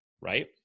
Right